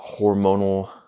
hormonal